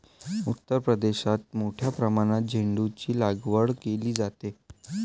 उत्तर प्रदेशात मोठ्या प्रमाणात झेंडूचीलागवड केली जाते